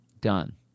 Done